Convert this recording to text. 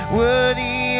worthy